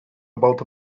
about